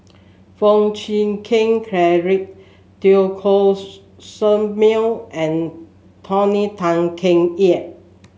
Foo Chee Keng Cedric Teo Koh Sock Miang and Tony Tan Keng Yam